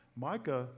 Micah